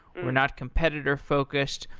we're not competitor focused.